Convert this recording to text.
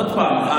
עוד פעם,